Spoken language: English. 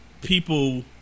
people